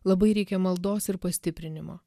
labai reikia maldos ir pastiprinimo